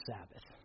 Sabbath